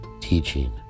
teaching